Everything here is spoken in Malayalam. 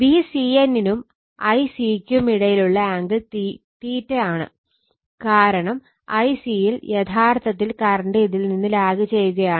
Vcn നും Ic ക്കും ഇടയിലുള്ള ആംഗിൾ ആണ് കാരണം Ic യിൽ യഥാർത്ഥത്തിൽ കറണ്ട് ഇതിൽ നിന്ന് ലാഗ് ചെയ്യുകയാണ്